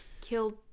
Killed